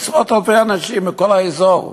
עשרות-אלפי אנשים מכל האזור,